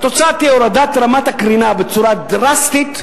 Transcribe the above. והתוצאה תהיה הורדת רמת הקרינה בצורה דרסטית.